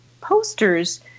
posters